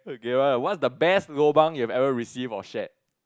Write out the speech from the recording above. okay what's the best lobang you have ever received or shared